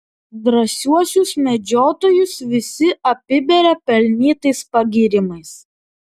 drąsiuosius medžiotojus visi apiberia pelnytais pagyrimais